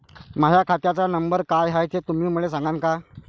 माह्या खात्याचा नंबर काय हाय हे तुम्ही मले सागांन का?